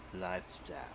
lifestyle